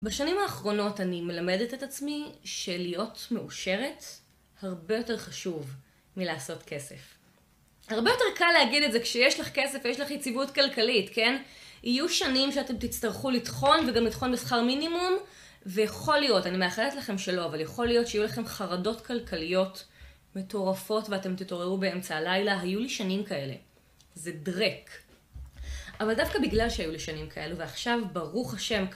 בשנים האחרונות אני מלמדת את עצמי שלהיות מאושרת הרבה יותר חשוב מלעשות כסף. הרבה יותר קל להגיד את זה כשיש לך כסף ויש לך יציבות כלכלית, כן? יהיו שנים שאתם תצטרכו לטחון וגם לטחון בשכר מינימום ויכול להיות, אני מאחלת לכם שלא אבל יכול להיות שיהיו לכם חרדות כלכליות מטורפות ואתם תתעוררו באמצע הלילה היו לי שנים כאלה זה דרק אבל דווקא בגלל שהיו לי שנים כאלו ועכשיו, ברוך השם